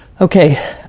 Okay